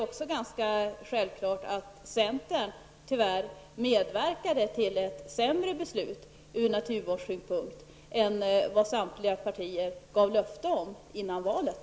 Lika självklart är det att centern tyvärr har medverkat till ett sämre beslut ur naturvårdssynpunkt jämfört med de löften som samtliga partier gav före valet.